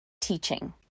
teaching